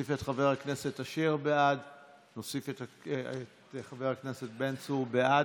נוסיף את חבר הכנסת אשר בעד ונוסיף את חבר הכנסת בן צור בעד.